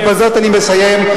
ובזאת אני מסיים,